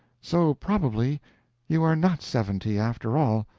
so probably you are not seventy, after all,